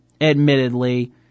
...admittedly